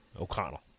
o'connell